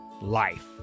life